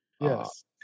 Yes